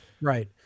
Right